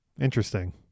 interesting